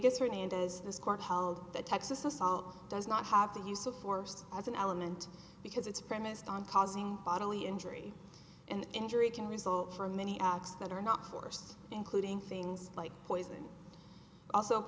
vegas hernandez this court held that texas assault does not have the use of force as an element because it's premised on causing bodily injury and injury can result from many acts that are not forced including things like poison also